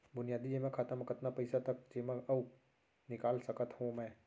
बुनियादी जेमा खाता म कतना पइसा तक जेमा कर अऊ निकाल सकत हो मैं?